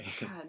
God